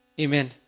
Amen